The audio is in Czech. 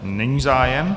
Není zájem.